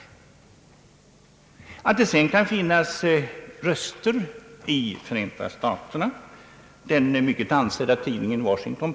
Det må vara att det sedan kan finnas röster i Förenta staterna som ger uttryck åt en avvikande mening.